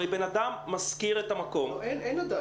הרי אדם שוכר את המקום --- לא, אין עדיין.